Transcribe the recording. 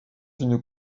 d’une